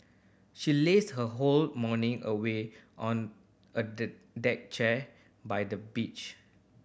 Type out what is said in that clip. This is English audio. she lazed her whole morning away on a the deck chair by the beach